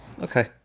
Okay